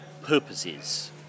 purposes